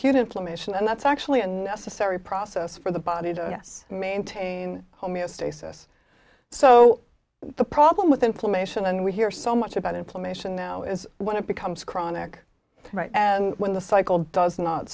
acute inflammation and that's actually a necessary process for the body to yes maintain homeostasis so the problem with inflammation and we hear so much about inflammation now is when it becomes chronic right and when the cycle does not